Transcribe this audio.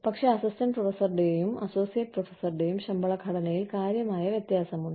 പക്ഷേ അസിസ്റ്റന്റ് പ്രൊഫസറുടെയും അസോസിയേറ്റ് പ്രൊഫസറുടെയും ശമ്പള ഘടനയിൽ കാര്യമായ വ്യത്യാസമുണ്ട്